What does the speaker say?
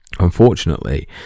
Unfortunately